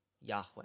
Yahweh